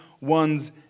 one's